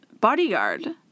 bodyguard